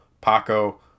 Paco